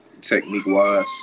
technique-wise